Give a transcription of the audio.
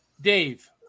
Dave